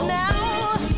now